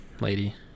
lady